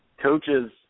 Coaches